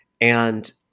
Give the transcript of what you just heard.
and-